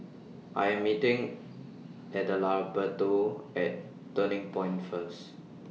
I Am meeting Adalberto At Turning Point First